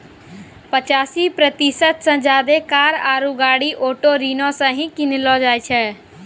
पचासी प्रतिशत से ज्यादे कार आरु गाड़ी ऑटो ऋणो से ही किनलो जाय छै